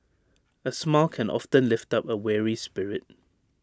A smile can often lift up A weary spirit